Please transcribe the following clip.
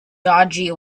dodgy